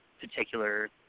particular